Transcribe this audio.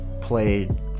played